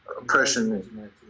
oppression